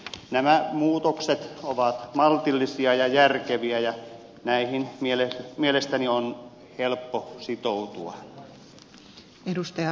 nämä muutokset ovat maltillisia ja järkeviä ja näihin mielestäni on helppo sitoutua